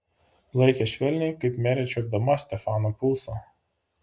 laikė švelniai kaip merė čiuopdama stefano pulsą